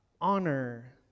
honor